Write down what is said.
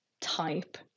type